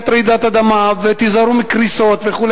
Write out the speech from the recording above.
רעידת האדמה ותיזהרו מקריסות וכו'.